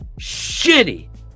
shitty